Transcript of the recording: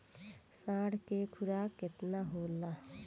साँढ़ के खुराक केतना होला?